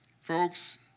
Folks